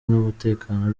n’umutekano